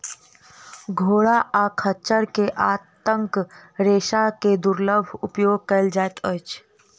घोड़ा आ खच्चर के आंतक रेशा के दुर्लभ उपयोग कयल जाइत अछि